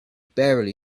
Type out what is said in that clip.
barely